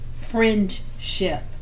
friendship